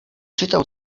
czytał